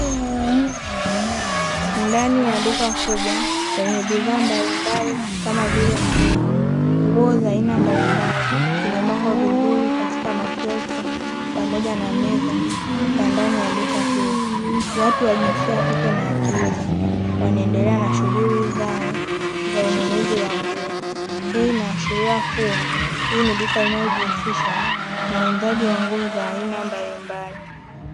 Ndani ya duka kubwa lenye bidhaa mbalimbali kama vile nguo, nguo za aina mbalimbali zimepangwa vizuri katika mashelfu pamoja na meza za ndani ya duka hilo, watu wa jinsia ya kike na kiume wanaendelea na shughuli zao za ununuzi wa nguo, hii inaashiria kuwa hili ni duka linalojihusisha na uuzaji wa nguo za aina mbalimbali.